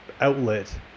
outlet